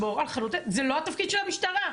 זה לא התפקיד של המשטרה.